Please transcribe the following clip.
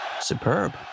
Superb